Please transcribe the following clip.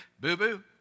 boo-boo